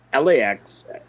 LAX